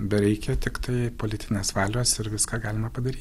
bereikia tiktai politinės valios ir viską galima padary